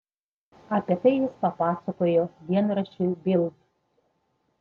apie tai jis papasakojo dienraščiui bild